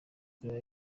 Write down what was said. korea